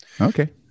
Okay